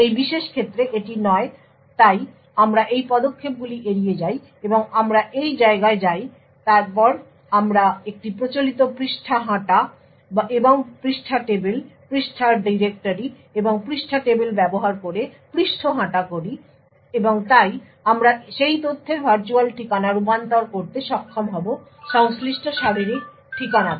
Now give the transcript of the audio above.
এই বিশেষ ক্ষেত্রে এটি নয় তাই আমরা এই পদক্ষেপগুলি এড়িয়ে যাই এবং আমরা এই জায়গায় যাই তারপর আমরা একটি প্রচলিত পৃষ্ঠা হাঁটা এবং পৃষ্ঠা টেবিল পৃষ্ঠার ডিরেক্টরি এবং পৃষ্ঠা টেবিল ব্যবহার করে পৃষ্ঠা হাঁটা করি এবং তাই আমরা সেই তথ্যের ভার্চুয়াল ঠিকানা রূপান্তর করতে সক্ষম হব সংশ্লিষ্ট শারীরিক ঠিকানাতে